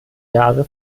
jahre